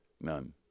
none